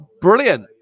brilliant